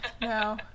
No